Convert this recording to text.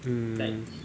mmhmm